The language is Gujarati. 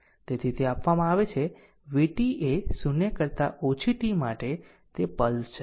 તેથી તે આપવામાં આવે છે vt એ 0 કરતા ઓછી t માટે તે પલ્સ છે